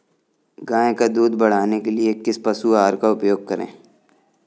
गाय का दूध बढ़ाने के लिए किस पशु आहार का उपयोग करें?